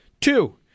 Two